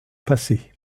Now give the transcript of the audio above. passé